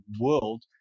world